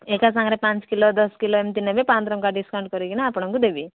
ଏକା ସାଙ୍ଗରେ ପାଞ୍ଚ କିଲୋ ଦଶ କିଲୋ ଏମିତି ନେବେ ପାଞ୍ଚଟଙ୍କା ଡିସକାଉଣ୍ଟ୍ କରିକିନା ଆପଣଙ୍କୁ ଦେବି